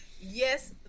Yes